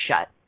shut